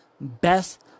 best